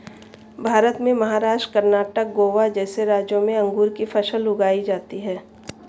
भारत में महाराष्ट्र, कर्णाटक, गोवा जैसे राज्यों में अंगूर की फसल उगाई जाती हैं